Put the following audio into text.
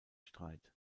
streit